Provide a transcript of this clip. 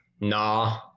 Nah